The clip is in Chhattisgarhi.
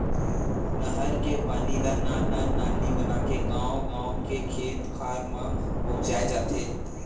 नहर के पानी ल नान नान नाली बनाके गाँव गाँव के खेत खार म पहुंचाए जाथे